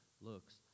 looks